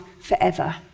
forever